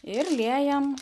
ir liejam